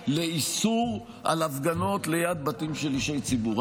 לאיסור הפגנות ליד בתים של אישי ציבור.